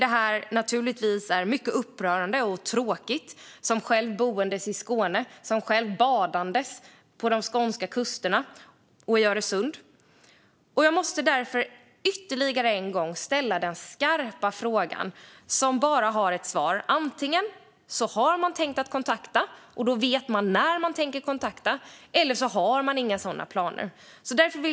Det är mycket upprörande och tråkigt för mig som själv bor i Skåne och som badar vid de skånska kusterna och i Öresund. Jag måste därför ytterligare en gång ställa den skarpa frågan som bara har ett svar. Antingen har man tänkt ta kontakt, och då vet man när man tänker göra det, eller så har man inga sådana planer.